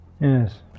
Yes